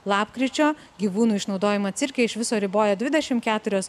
lapkričio gyvūnų išnaudojimą cirke iš viso riboja dvidešim keturios